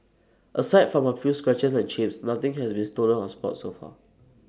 aside from A few scratches and chips nothing has been stolen or spoilt so far